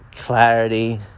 Clarity